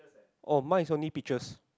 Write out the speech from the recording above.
oh mine is only peaches